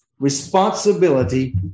responsibility